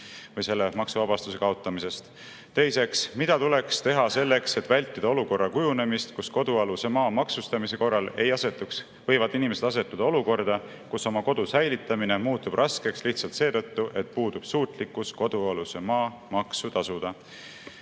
maa maksuvabastuse kaotamisest? Teiseks, mida tuleks teha selleks, et vältida olukorra kujunemist, kus kodualuse maa maksustamise korral võivad inimesed asetuda olukorda, kus oma kodu säilitamine muutub raskeks lihtsalt seetõttu, et puudub suutlikkus kodualuse maa maksu tasuda?